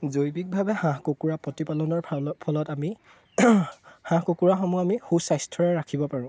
জৈৱিকভাৱে হাঁহ কুকুৰা প্ৰতিপালনৰ ফল ফলত আমি হাঁহ কুকুৰাসমূহ আমি সুস্বাস্থ্যৰে ৰাখিব পাৰোঁ